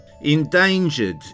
Endangered